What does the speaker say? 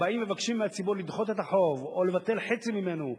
באים ומבקשים מהציבור לדחות את החוב או לבטל חצי ממנו,